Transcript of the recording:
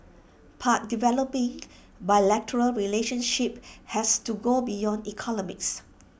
but developing bilateral relationships has to go beyond economics